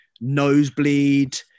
nosebleed